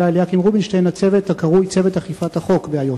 אליקים רובינשטיין הצוות הקרוי צוות אכיפת החוק באיו"ש.